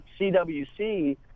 CWC